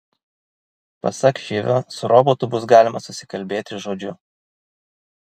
pasak šivio su robotu bus galima susikalbėti žodžiu